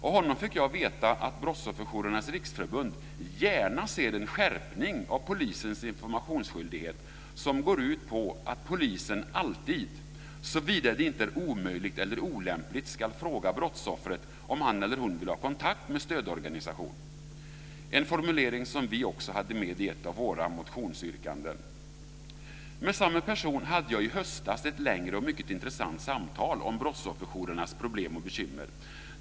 Av honom fick jag veta att Brottsofferjourernas riksförbund gärna ser en skärpning av polisens informationsskyldighet som går ut på att polisen alltid, såvida det inte är omöjligt eller olämpligt, ska fråga brottsoffret om han eller hon vill ha kontakt med en stödorganisation - en formulering som vi också hade med i ett av våra motionsyrkanden. Med samme person hade jag i höstas ett längre och mycket intressant samtal om brottsofferjourernas problem och bekymmer.